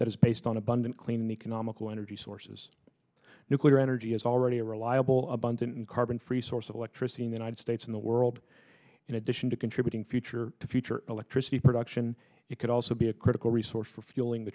that is based on abundant clean economical energy sources nuclear energy is already a reliable abundant carbon free source of electricity in united states in the world in addition to contributing future to future electricity production could also be a critical resource for fueling the